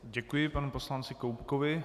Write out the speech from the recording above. Děkuji panu poslanci Koubkovi.